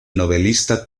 novelista